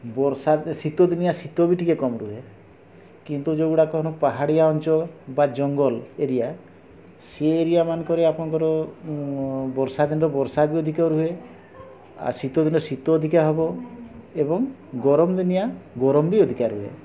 ବର୍ଷା ଶୀତ ଦିନିଆ ଶୀତ ବି ଟିକେ କମ୍ ରୁହେ କିନ୍ତୁ ଯେଉଁଗୁଡ଼ାକ ପାହାଡ଼ିଆ ଅଞ୍ଚଳ ବା ଜଙ୍ଗଲ ଏରିଆ ସେ ଏରିଆ ମାନଙ୍କରେ ଆପଣଙ୍କର ବର୍ଷା ଦିନରେ ବର୍ଷା ବି ଅଧିକ ରୁହେ ଆଉ ଶୀତ ଦିନେ ଶୀତ ଅଧିକା ହେବ ଏବଂ ଗରମ ଦିନିଆ ଗରମ ବି ଅଧିକା ରୁହେ